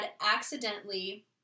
accidentally